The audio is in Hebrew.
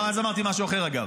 אז אמרתי משהו אחר, אגב.